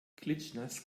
klitschnass